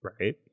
Right